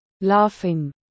Laughing